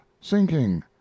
sinking